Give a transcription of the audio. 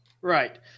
Right